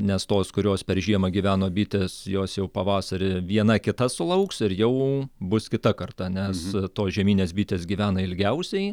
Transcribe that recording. nes tos kurios per žiemą gyveno bitės jos jau pavasarį viena kita sulauks ir jau bus kita karta nes tos žieminės bitės gyvena ilgiausiai